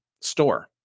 store